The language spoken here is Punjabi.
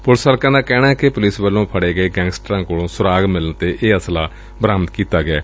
ਪੁਲਿਸ ਹਲਕਿਆਂ ਦਾ ਕਹਿਣੈ ਕਿ ਪੁਲਿਸ ਵੱਲੋਂ ਫੜੇ ਗਏ ਗੈਂਗਸਟਰਾਂ ਕੋਲੋਂ ਸੁਰਾਗ ਮਿਲਣ ਤੇ ਇਹ ਅਸਲਾ ਬਰਾਮਦ ਕੀਤਾ ਗਿਐ